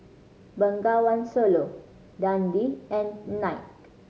Bengawan Solo Dundee and Knight